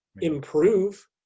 improve